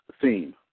theme